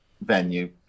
venue